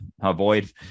avoid